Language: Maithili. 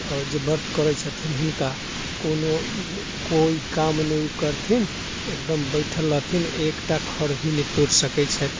आओर जे व्रत करै छथिन हुनका कोनो ई कोइ काम नहि उ करथिन एकदम बैठल रहथिन एकटा खर भी नहि तोड़ि सकै छथि